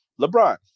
LeBron